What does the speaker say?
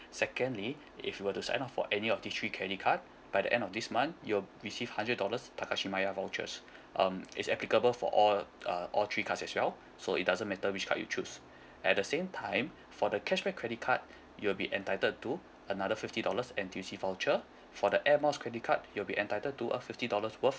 secondly if you were to sign up for any of these three credit card by the end of this month you will receive hundred dollars takashimaya vouchers um it's applicable for all uh all three cards as well so it doesn't matter which card you choose at the same time for the cashback credit card you'll be entitled to another fifty dollars N_T_U_C voucher for the air miles credit card you'll be entitled to a fifty dollars worth